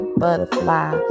butterfly